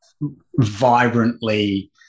vibrantly